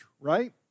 right